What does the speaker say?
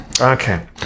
Okay